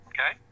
Okay